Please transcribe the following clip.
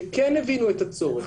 שכן הבינו את הצורך,